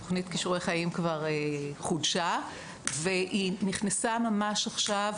תכנית כישורי חיים כבר חודשה והיא נכנסה ממש עכשיו,